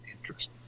interest